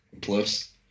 Plus